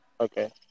Okay